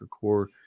core